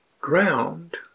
ground